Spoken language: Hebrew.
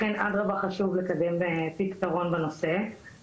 לכן אדרבה - חשוב לקדם פתרון בנושא.